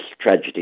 tragedy